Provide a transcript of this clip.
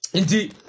Indeed